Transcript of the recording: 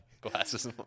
Glasses